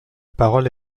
parole